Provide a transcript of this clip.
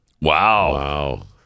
Wow